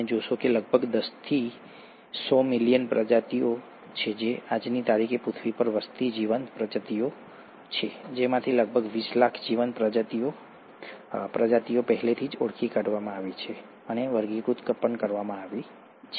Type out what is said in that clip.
તમે જોશો કે લગભગ દસથી સો મિલિયન પ્રજાતિઓ છે આજની તારીખે પૃથ્વી પર વસતી જીવંત પ્રજાતિઓ છે જેમાંથી લગભગ 20 લાખ જીવંત પ્રજાતિઓ પહેલેથી જ ઓળખી કાઢવામાં આવી છે અને વર્ગીકૃત કરવામાં આવી છે